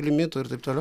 limitų ir taip toliau